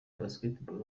basketball